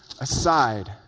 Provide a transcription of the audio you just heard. aside